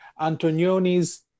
Antonioni's